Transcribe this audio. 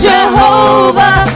Jehovah